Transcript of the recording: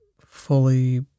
fully